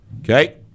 Okay